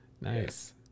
Nice